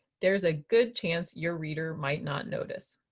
there's a good chance your reader might not notice.